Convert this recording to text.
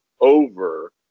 over